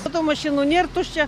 matau mašinų nėr tuščia